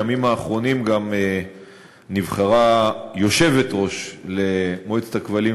בימים האחרונים גם נבחרה יושבת-ראש למועצת הכבלים